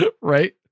right